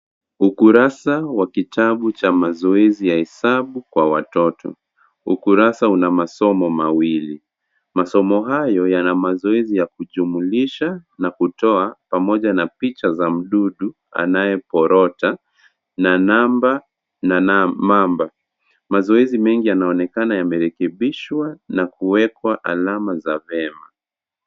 Ukurasa wa kitabu cha mazoezi ya hesabu kwa watoto. Ukurasa una masomo mawili. Masomo hayo yana mazoezi ya kujumlisha na kutoa, pamoja na picha za mdudu anayeporota na namba na mamba. Mazoezi mengi yanaonekana yamerekebishwa na kuwekwa alama za vema.